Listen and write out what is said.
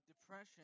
depression